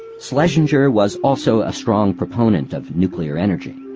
schlesinger was also a strong proponent of nuclear energy.